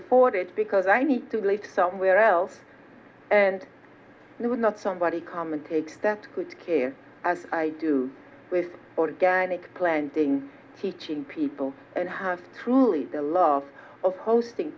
afford it because i need to leave somewhere else and not somebody come and take steps could care as i do with organic planting teaching people and have truly the love of hosting